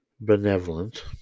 benevolent